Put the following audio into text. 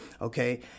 Okay